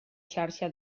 xarxa